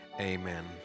Amen